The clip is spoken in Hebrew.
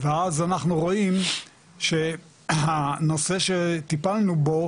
ואז אנחנו רואים שהנושא שטיפלנו בו,